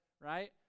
right